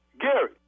Gary